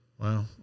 wow